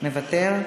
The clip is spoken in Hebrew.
מוותר,